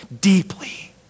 deeply